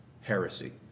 heresy